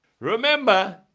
Remember